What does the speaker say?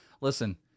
Listen